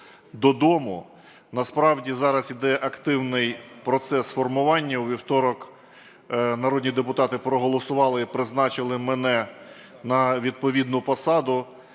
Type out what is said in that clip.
додому. Насправді зараз йде активний процес формування, у вівторок народні депутати проголосували, призначили мене на відповідну посаду.